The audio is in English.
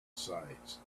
sides